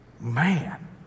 Man